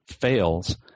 fails –